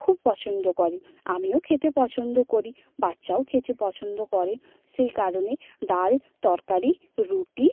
খুব পছন্দ করে আমিও খেতে পছন্দ করি বাচ্চাও খেতে পছন্দ করে সেই কারণে ডাল তরকারি রুটি